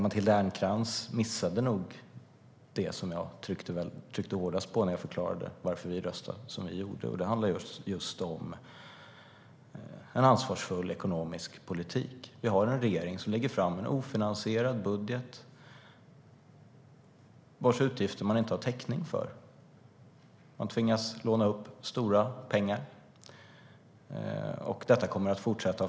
Matilda Ernkrans missade nog det som jag tryckte hårdast på när jag förklarade varför vi röstade som vi gjorde. Det handlar om en ansvarsfull ekonomisk politik. Vi har en regering som lägger fram en ofinansierad budget, vars utgifter man inte har täckning för. Man tvingas låna upp stora summor.